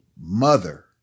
Mother